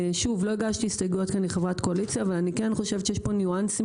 לא הגשתי הסתייגויות כי אני חברת קואליציה אבל אני חושבת שיש פה ניואנסים